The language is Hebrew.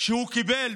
שהוא קיבל,